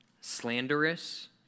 slanderous